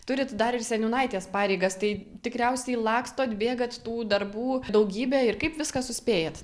turit dar ir seniūnaitės pareigas tai tikriausiai lakstot bėgat tų darbų daugybę ir kaip viską suspėjat